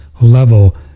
Level